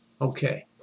Okay